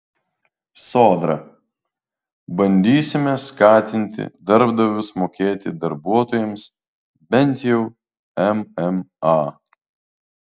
sodra bandysime skatinti darbdavius mokėti darbuotojams bent jau mma